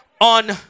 on